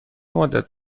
مدت